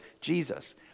Jesus